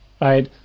right